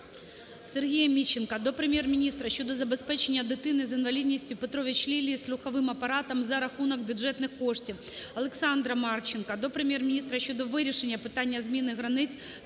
Сергія Міщенка до Прем'єр-міністра щодо забезпечення дитини з інвалідністю Петрович Лілії слуховим апаратом за рахунок бюджетних коштів. Олександра Марченка до Прем'єр-міністра щодо вирішення питання зміни границь